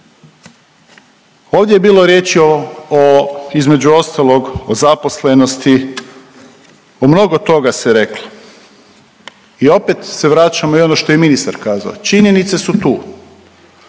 Ovdje je bilo riječi o, o između ostalo, o zaposlenosti o mnogo toga se reklo i opet se vraćamo i ono što je i ministar kazao. Činjenice su tu,